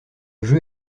jeu